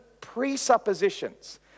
presuppositions